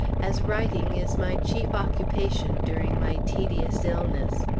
as writing is my chief occupation during my tedious illness.